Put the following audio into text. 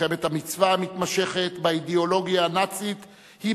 מלחמת המצווה המתמשכת באידיאולוגיה הנאצית היא